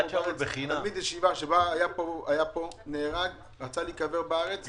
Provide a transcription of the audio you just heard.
תלמיד ישיבה שהיה פה ונהרג ורצו לקבור אותו בארץ.